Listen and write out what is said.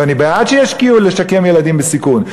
ואני בעד שישקיעו כדי לשקם ילדים בסיכון.